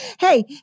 Hey